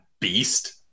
beast